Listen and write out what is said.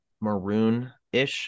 maroon-ish